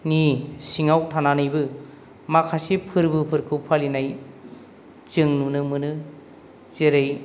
नि सिङाव थानानैबो माखासे फोरबोफोरखौ फालिनाय जों नुनो मोनो जेरै